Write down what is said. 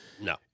no